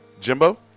Jimbo